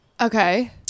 Okay